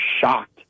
shocked